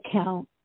account